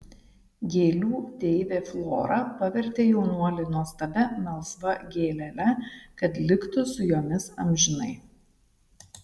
gėlių deivė flora pavertė jaunuolį nuostabia melsva gėlele kad liktų su jomis amžinai